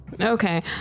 Okay